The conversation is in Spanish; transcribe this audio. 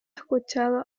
escuchado